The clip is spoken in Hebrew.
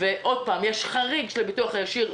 ועוד פעם: יש חריג של הביטוח הישיר,